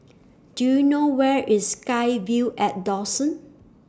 Do YOU know Where IS SkyVille At Dawson